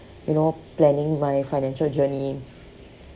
you know planning my financial journey